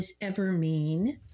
Evermean